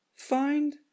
find